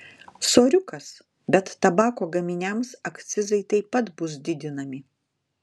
soriukas bet tabako gaminiams akcizai taip pat bus didinami